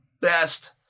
best